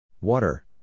water